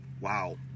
wow